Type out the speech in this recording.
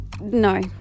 No